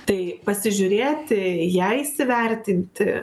tai pasižiūrėti ją įsivertinti